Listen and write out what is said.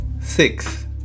Six